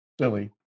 silly